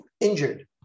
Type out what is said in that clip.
injured